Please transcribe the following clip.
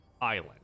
island